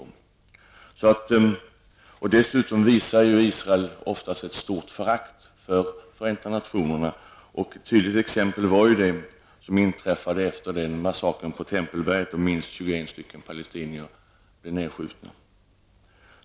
Israel visar dessutom ofta ett stort förakt för Förenta nationerna. Ett tydligt exempel var vad som inträffade efter den massaker på Tempelberget då minst 21 palestinier blev nedskjutna.